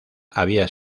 había